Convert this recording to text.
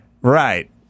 Right